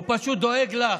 הוא פשוט דואג לך.